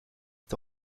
est